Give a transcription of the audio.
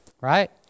right